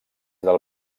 del